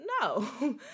no